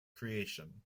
creation